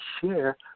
share